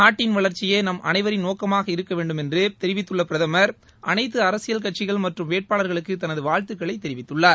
நாட்டின் வளர்ச்சியே நம் அனைவரின் நோக்கமாக இருக்கவேண்டுமென்று தெரிவித்துள்ள பிரதமர் அனைத்து அரசியல் கட்சிகள் மற்றும் வேட்பாளர்களுக்கு தனது வாழ்த்துகளைத் தெரிவித்துள்ளார்